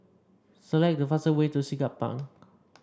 select the fastest way to Siglap Bank